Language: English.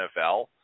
NFL